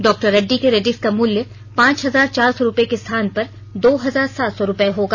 doctor Reddy के रेडिक्स का मूल्य पांच हजार चार सौ रूपये के स्थान पर दो हजार सात सो रूपये होगा